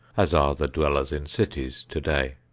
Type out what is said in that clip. as are the dwellers in cities today.